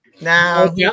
Now